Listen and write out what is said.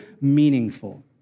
meaningful